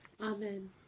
Amen